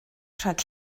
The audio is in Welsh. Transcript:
rhag